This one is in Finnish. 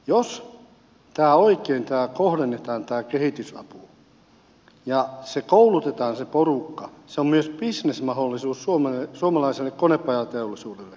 jos oikein tämä kehitysapu kohdennetaan ja koulutetaan se porukka se on myös bisnesmahdollisuus suomalaiselle konepajateollisuudelle